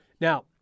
Now